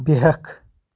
بِیٚہکھ